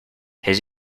his